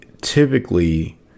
typically